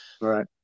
right